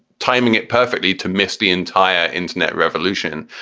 timing it perfectly to miss the entire internet revolution.